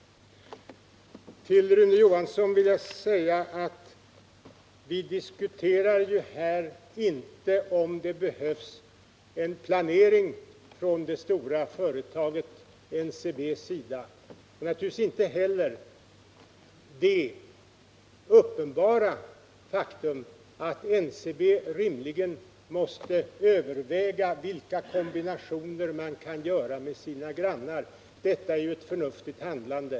Till Rune Johansson i Ljungby vill jag säga att vi diskuterar inte om det behövs en planering från det stora företaget NCB:s sida och naturligtvis inte heller det uppenbara faktum att NCB rimligen måste överväga vilka kombinationer man kan göra med sina grannar. Detta är ju ett förnuftigt handlande.